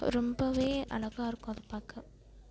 ரொம்பவே அழகா இருக்கும் அதை பார்க்க